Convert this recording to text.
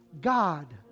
God